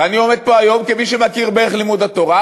ואני עומד פה היום כמי שמכיר בערך לימוד התורה,